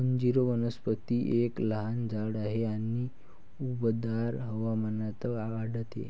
अंजीर वनस्पती एक लहान झाड आहे आणि उबदार हवामानात वाढते